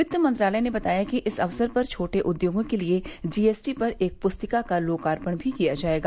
वित्त मंत्रालय ने बताया कि इस अवसर पर छोटे उद्योगों के लिए जी एस टी पर एक प्रस्तिका का लोकार्पण भी किया जायेगा